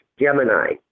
Gemini